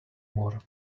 more